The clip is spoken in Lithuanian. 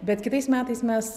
bet kitais metais mes